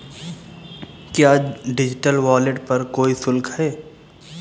क्या digital wallet पर कोई शुल्क है?